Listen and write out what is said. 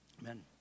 Amen